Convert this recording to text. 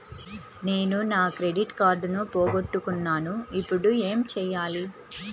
నేను నా క్రెడిట్ కార్డును పోగొట్టుకున్నాను ఇపుడు ఏం చేయాలి?